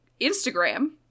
Instagram